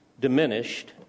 diminished